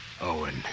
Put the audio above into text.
Owen